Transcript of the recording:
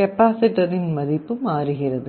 கெபாசிட்டரின் மதிப்பு மாறுகிறது